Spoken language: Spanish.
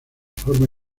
forma